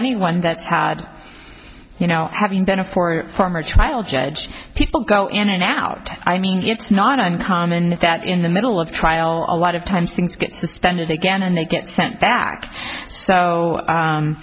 anyone that's had you know having been a four former trial judge people go in and out i mean it's not uncommon if that in the middle of trial a lot of times things get suspended again and they get sent back so